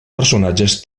personatges